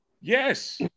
yes